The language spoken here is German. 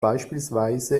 beispielsweise